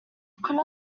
could